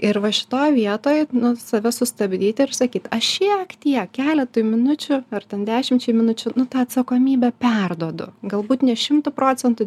ir va šitoj vietoj nu save sustabdyt ir sakyt aš šiek tiek keletui minučių ar ten dešimčiai minučių nu tą atsakomybę perduodu galbūt ne šimtu procentų